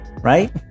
right